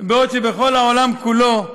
בעוד בכל העולם כולו,